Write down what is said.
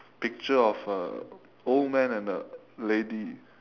picture of a old man and a lady